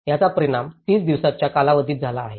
याचा परिणाम 30 दिवसांच्या कालावधीत झाला आहे